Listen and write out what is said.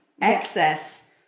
excess